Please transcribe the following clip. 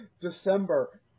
December